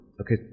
okay